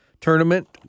tournament